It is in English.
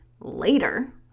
later